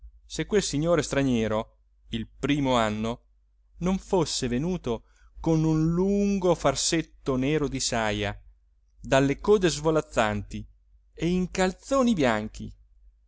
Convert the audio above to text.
se quel signore straniero il primo anno non fosse venuto con un lungo farsetto nero di saja dalle code svolazzanti e in calzoni bianchi